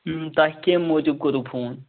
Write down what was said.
تۄہہِ کمہ موٗجوب کوٚروٕ فون